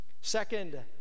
Second